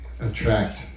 attract